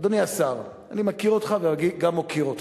אדוני השר, אני מכיר אותך וגם מוקיר אותך,